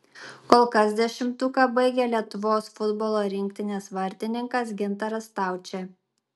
kol kas dešimtuką baigia lietuvos futbolo rinktinės vartininkas gintaras staučė